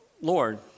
Lord